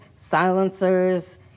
silencers